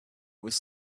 was